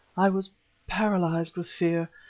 i was paralyzed with fear,